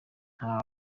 nta